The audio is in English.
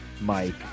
Mike